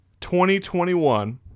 2021